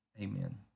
Amen